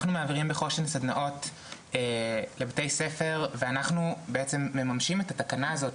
אנחנו מעבירים בחוש"ן סדנאות לבתי ספר ואנחנו בעצם מממשים את התקנה הזו,